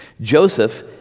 Joseph